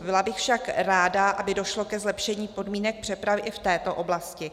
Byla bych však ráda, aby došlo ke zlepšení podmínek přepravy i v této oblasti.